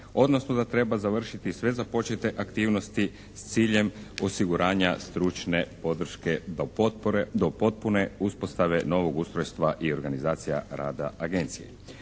odnosno da treba završiti sve započete aktivnosti s ciljem osiguranja stručne potpore do potpune uspostave novog ustrojstva i organizacija rada agencije.